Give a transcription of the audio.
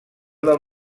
del